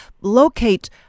locate